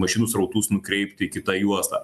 be mašinų srautus nukreipti į kita juostą